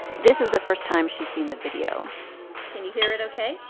this is the first time she's seen the video can you hear it ok?